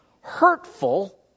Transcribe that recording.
hurtful